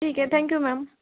ठीक आहे thank you ma'am